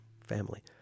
family